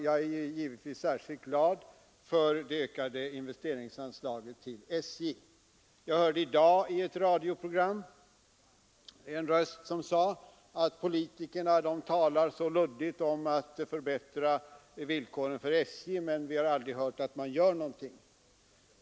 Jag är givetvis särskilt glad för det ökade investeringsanslaget till SJ. Jag hörde i dag i ett radioprogram en röst som sade, att politikerna talar så luddigt om att förbättra villkoren för SJ men att han aldrig märkt att man gör någonting.